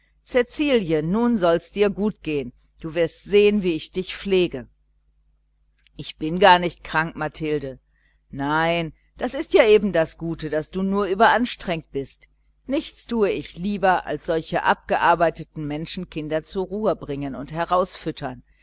cäcilie nun soll dir's gut gehen du wirst sehen wie ich dich pflege ich bin ja gar nicht krank mathilde nein das ist ja eben das gute daß du nur überanstrengt bist nichts tue ich lieber als solche abgearbeitete menschenkinder zur ruhe bringen und herausfüttern